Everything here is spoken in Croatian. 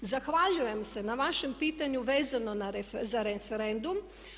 Zahvaljujem se na vašem pitanju vezano za referendum.